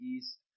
East